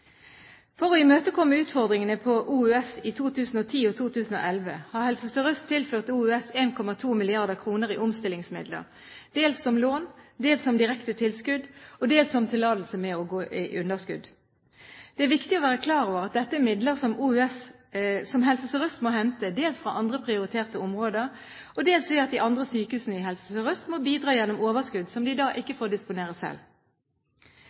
For å imøtekomme utfordringene på Oslo universitetssykehus i 2010 og 2011 har Helse Sør-Øst tilført Oslo universitetssykehus 1,2 mrd. kr i omstillingsmidler dels som lån, dels som direkte tilskudd og dels som tillatelse til å gå med underskudd. Det er viktig å være klar over at dette er midler som Helse Sør-Øst må hente dels fra andre prioriterte områder og dels ved at de andre sykehusene i Helse Sør-Øst må bidra gjennom overskudd som de da ikke får disponere selv.